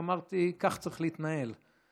אמרתי, כך צריך להתנהל.